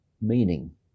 meaning